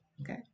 okay